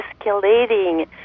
escalating